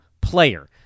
player